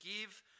give